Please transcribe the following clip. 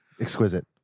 Exquisite